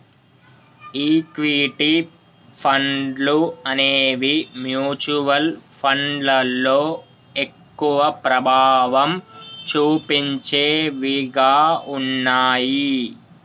equity ఫండ్లు అనేవి mutual ఫండ్లలో ఎక్కువ ప్రభావం చుపించేవిగా ఉన్నయ్యి